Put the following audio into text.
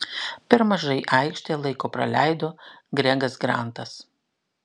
per mažai aikštėje laiko praleido gregas grantas